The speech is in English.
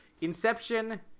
Inception